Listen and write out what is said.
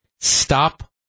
stop